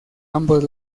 ambos